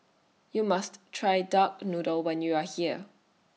YOU must Try Duck Noodle when YOU Are here